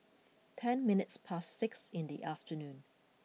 ten minutes past six in the afternoon